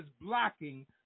blocking